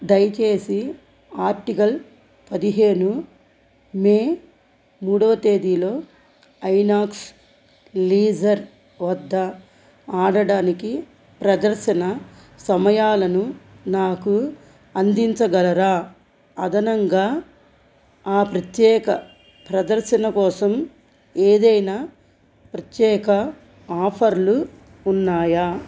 దయచేసి ఆర్టికల్ పదిహేను మే మూడవ తేదీలో ఐనాక్స్ లీజర్ వద్ద ఆడడానికి ప్రదర్శన సమయాలను నాకు అందించగలరా అదనంగా ఆ ప్రత్యేక ప్రదర్శన కోసం ఏదైనా ప్రత్యేక ఆఫర్లు ఉన్నాయా